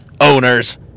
Owners